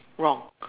wrong